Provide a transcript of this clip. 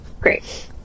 Great